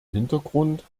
hintergrund